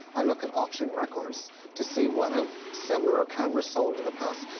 i look at auction records to see what a similar camera sold in the past.